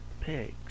pigs